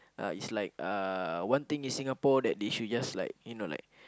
uh is like uh one thing in Singapore that they should just like you know like